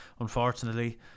unfortunately